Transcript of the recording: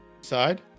Side